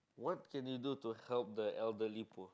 what can you do to help the elderly poor